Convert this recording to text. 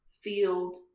field